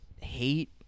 hate